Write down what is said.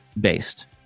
based